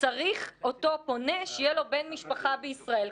צריך אותו פונה שיהיה לו בן משפחה בישראל?